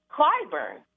Clyburn